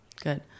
good